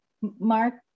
Mark